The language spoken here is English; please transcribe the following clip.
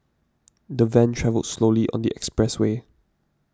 the van travelled slowly on the expressway